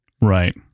Right